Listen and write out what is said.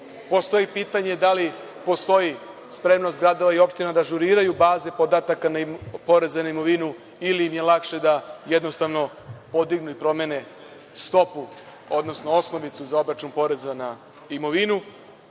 pitanje da li postoji spremnost gradova i opština da ažuriraju baze podataka poreza na imovinu ili im je lakše da jednostavno podignu i promene stopu, odnosno osnovicu na obračun poreza na imovinu.